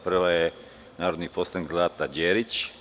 Prva je, narodni poslanik Zlata Đerić.